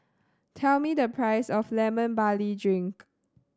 tell me the price of Lemon Barley Drink